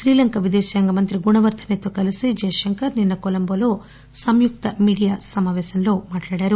శ్రీలంక విదేశాంగ మంత్రి గున వర్గేనతో కలిసి జయశంకర్ నిన్ప కొలంబోలో సంయుక్త మీడియా సమాపేశంలో మాట్లాడారు